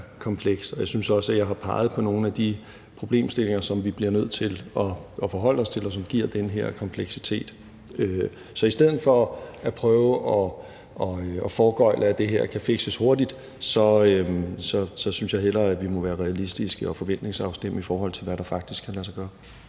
komplekst, og jeg synes også, at jeg har peget på nogle af de problemstillinger, som vi bliver nødt til at forholde os til, og som giver den her kompleksitet. Så i stedet for at prøve at foregøgle, at det kan fikses hurtigt, synes jeg hellere, at vi må være realistiske og forventningsafstemme, i forhold til hvad der faktisk kan lade sig gøre.